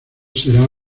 será